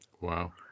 Wow